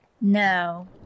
No